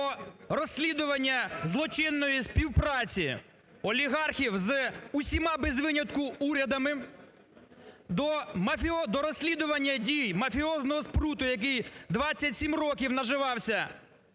до розслідування злочинної співпраці олігархів з усіма без винятку урядами, до мафіо... до розслідування дій мафіозного спруту, який 27 років наживався